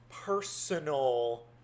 personal